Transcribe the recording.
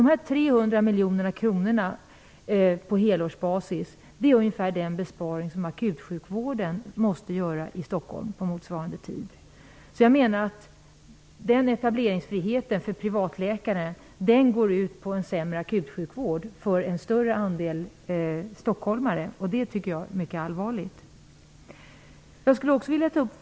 Dessa 300 miljoner kronor, på helårsbasis, utgör ungefär samma storlek i besparing som akutsjukvården i Stockholm måste göra under motsvarande tid. Etableringsfriheten för privatläkare leder till en sämre akutsjukvård för en större andel stockholmare, vilket är mycket allvarligt.